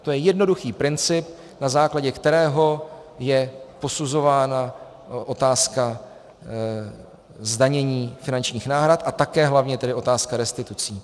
To je jednoduchý princip, na základě kterého je posuzována otázka zdanění finančních náhrad a také hlavně tedy otázka restitucí.